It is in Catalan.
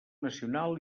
nacional